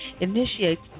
initiates